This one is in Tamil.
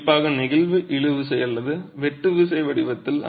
குறிப்பாக நெகிழ்வு இழு விசை அல்லது வெட்டு விசை வடிவத்தில்